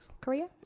Korea